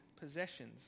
possessions